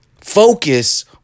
focus